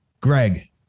Greg